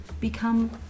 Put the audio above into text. become